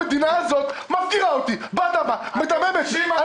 המדינה הזאת מפקירה אותי באדמה מדממת.